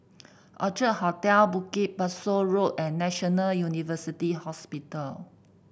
Orchard Hotel Bukit Pasoh Road and National University Hospital